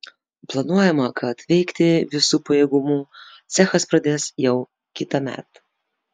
planuojama kad veikti visu pajėgumu cechas pradės jau kitąmet